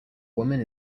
woman